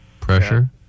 Pressure